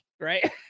right